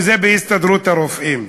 בהסתדרות הרופאים.